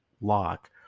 lock